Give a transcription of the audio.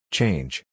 Change